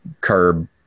curb